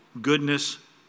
goodness